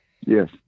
Yes